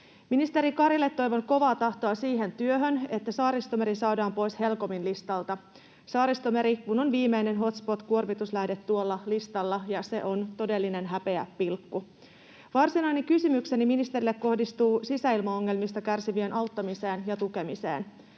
Ministeri Karille toivon kovaa tahtoa siihen työhön, että Saaristomeri saadaan pois HELCOMin listalta — Saaristomeri kun on viimeinen hotspot-kuormituslähde tuolla listalla, ja se on todellinen häpeäpilkku. Varsinainen kysymykseni ministerille kohdistuu sisäilmaongelmista kärsivien auttamiseen ja tukemiseen.